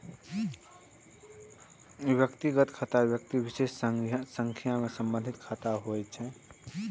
व्यक्तिगत खाता व्यक्ति विशेष सं संबंधित खाता होइ छै